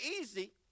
easy